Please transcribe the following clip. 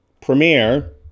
premiere